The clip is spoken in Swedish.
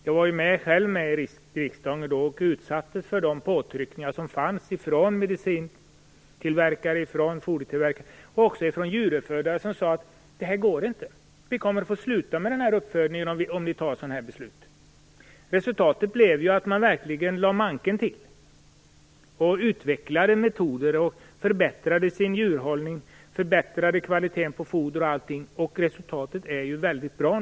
Jag var själv med i riksdagen vid den tidpunkten och utsattes för påtryckningar från medicintillverkare, från fodertillverkare och också från djuruppfödare, som sade att det inte skulle gå och att de skulle få upphöra med djuruppfödning om vi fattade beslutet. Resultatet blev att man verkligen lade manken till, utvecklade metoder och förbättrade sin djurhållning och kvaliteten på fodret. Resultatet är nu mycket bra.